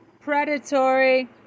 Predatory